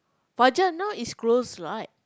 Fajar now is closed right